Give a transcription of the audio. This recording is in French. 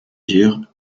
dire